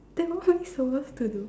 then wha~ how we supposed to do